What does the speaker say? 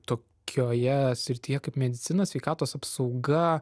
tokioje srityje kaip medicinos sveikatos apsauga